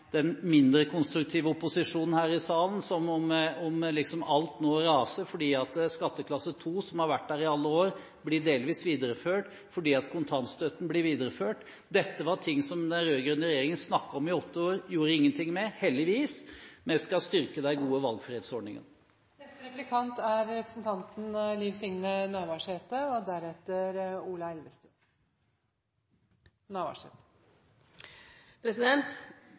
den mindre konstruktive opposisjonen her i salen som om alt nå nærmest raser fordi skatteklasse 2 – som har vært der i alle år – blir delvis videreført, og fordi kontantstøtten blir videreført. Dette er ting som den rød-grønne regjeringen snakket om i åtte år og ikke gjorde noe med – heldigvis. Vi skal styrke de gode valgfrihetsordningene.